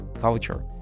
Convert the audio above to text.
culture